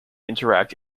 interact